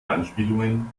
anspielungen